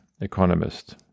economist